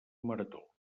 marató